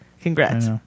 Congrats